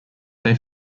they